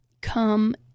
come